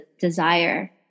desire